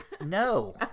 No